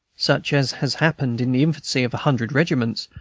such as has happened in the infancy of a hundred regiments,